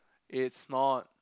it's not